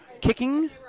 kicking